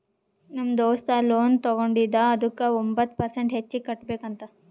ನಮ್ ದೋಸ್ತ ಲೋನ್ ತಗೊಂಡಿದ ಅದುಕ್ಕ ಒಂಬತ್ ಪರ್ಸೆಂಟ್ ಹೆಚ್ಚಿಗ್ ಕಟ್ಬೇಕ್ ಅಂತ್